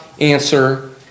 answer